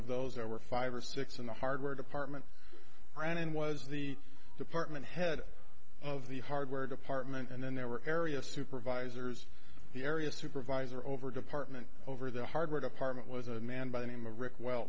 of those there were five or six in the hardware department running was the department head of the hardware department and then there were area supervisors the area supervisor over department over the hardware department w